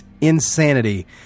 insanity